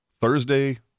Thursday